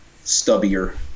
stubbier